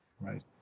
Right